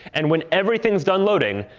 and when everything's done loading,